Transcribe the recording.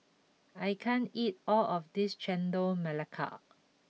I can't eat all of this Chendol Melaka